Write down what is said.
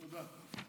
תודה.